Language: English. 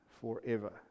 forever